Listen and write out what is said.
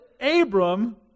Abram